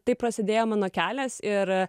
taip prasidėjo mano kelias ir